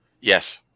Yes